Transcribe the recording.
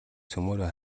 цөмөөрөө